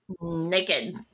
naked